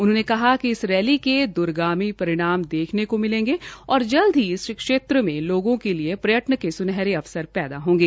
उन्होंने कहाकि इस रैली के दूरगामी परिणाम देख्ने को मिलेंगे और जल्द ही इस क्षेत्र में लोगों के लिए पर्यटन के सुनहेरे अवसर पैदा होंगे